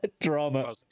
drama